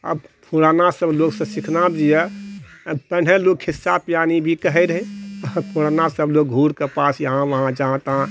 अब पुरानासभ लोगसँ सिखना चाहिओ पहिने लोग खिस्सा पिहानी भी कहय रहैत पुरानासभ लोग घूरकऽ पास यहाँ वहाँ जहाँ तहाँ